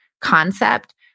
concept